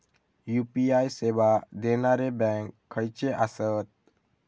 UPI सेवा देणारे bank खयचे आसत?